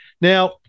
Now